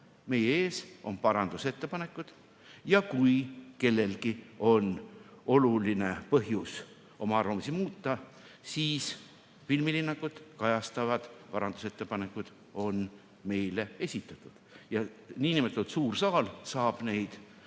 meie ees on parandusettepanekud, ja kui kellelgi on oluline põhjus oma arvamust muuta, siis filmilinnakut kajastavad parandusettepanekud on meile esitatud ning suur saal saab oma